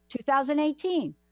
2018